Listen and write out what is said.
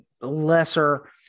lesser